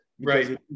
right